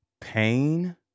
pain